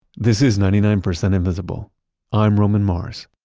this is ninety nine percent invisible i'm roman mars